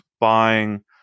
buying